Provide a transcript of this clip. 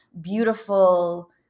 beautiful